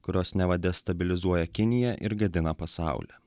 kurios neva destabilizuoja kiniją ir gadina pasaulį